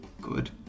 good